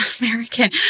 American